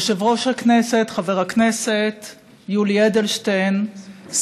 יושב-ראש הכנסת חבר הכנסת יולי אדלשטיין,